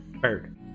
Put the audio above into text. bird